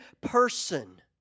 person